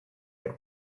had